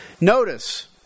Notice